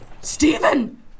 Stephen